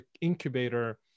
incubator